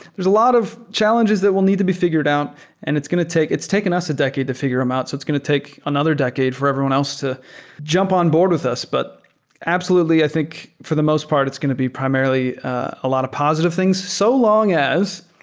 a lot of challenges that will need to be figured out and it's going to take it's taken us a decade to figure them um out. so it's going to take another decade for everyone else to jump on board with us. but absolutely, i think for the most part, it's going to be primarily a lot of positive things so long as